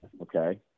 okay